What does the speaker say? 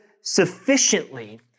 sufficiently